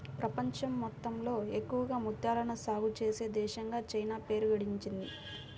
ప్రపంచం మొత్తంలో ఎక్కువగా ముత్యాలను సాగే చేసే దేశంగా చైనా పేరు గడించింది